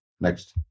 Next